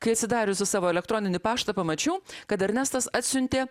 kai atsidariusi savo elektroninį paštą pamačiau kad ernestas atsiuntė